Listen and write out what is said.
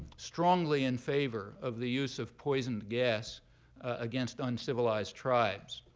strongly in favor of the use of poison gas against uncivilized tribes.